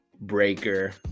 Breaker